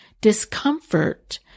Discomfort